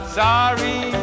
sorry